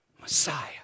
Messiah